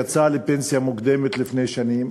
יצאה לפנסיה מוקדמת לפני שנים,